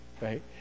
right